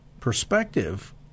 perspective